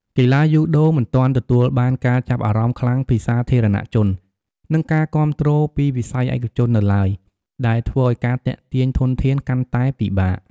កីឡាយូដូមិនទាន់ទទួលបានការចាប់អារម្មណ៍ខ្លាំងពីសាធារណជន និងការគាំទ្រពីវិស័យឯកជននៅឡើយ ដែលធ្វើឲ្យការទាក់ទាញធនធានកាន់តែពិបាក ។